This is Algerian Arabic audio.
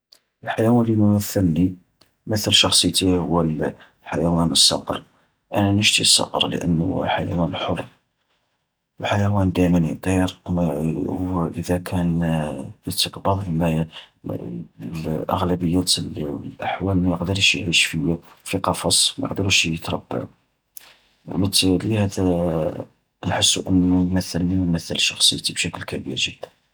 الحيوان الذي يمثلني ويمثل شخصيتي هو الحيوان الصقر، أنا نشتي الصقر لأنه حيوان حر، الحيوان دايمن يطير، وإذا كان يتقبض أغلبية الأحوال ما يقدرش يعيش في في قفص، ما يقدرش يتربى. وبالتالي هذا نحسو أنو يمثلني و يمثل شخصيتي بشكل كبير جدا.